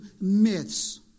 myths